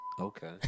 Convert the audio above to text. Okay